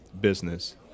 business